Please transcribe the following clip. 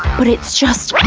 but it's just,